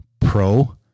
pro